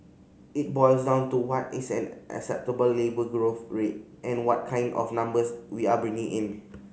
it boils down to what is an acceptable labour growth rate and what kind of numbers we are bringing in